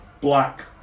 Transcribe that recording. black